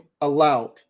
allowed